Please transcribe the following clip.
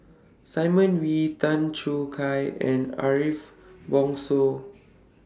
Simon Wee Tan Choo Kai and Ariff Bongso